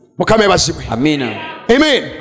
Amen